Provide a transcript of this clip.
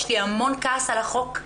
יש לי המון כעס על החוק.